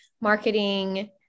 marketing